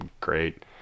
Great